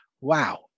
wow